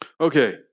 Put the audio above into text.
Okay